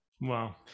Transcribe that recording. Wow